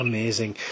Amazing